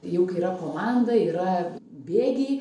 jau kai yra komanda yra bėgiai